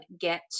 get